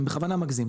אני בכוונה מגזים,